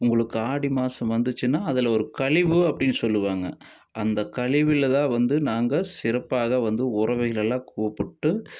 உங்களுக்கு ஆடி மாதம் வந்துச்சுன்னா அதில் ஒரு கழிவு அப்படின்னு சொல்லுவாங்க அந்த கழிவில்தான் வந்து நாங்கள் சிறப்பாக வந்து உறவுகளெல்லாம் கூப்பிட்டு